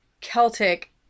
Celtic